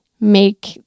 make